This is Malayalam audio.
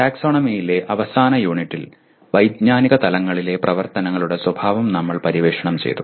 ടാക്സോണമിയിലെ അവസാന യൂണിറ്റിൽ വൈജ്ഞാനിക തലങ്ങളിലെ പ്രവർത്തനങ്ങളുടെ സ്വഭാവം നമ്മൾ പര്യവേക്ഷണം ചെയ്തു